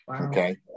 Okay